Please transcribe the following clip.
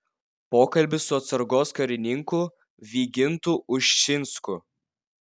pokalbis su atsargos karininku vygintu ušinsku